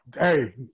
hey